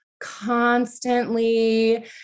constantly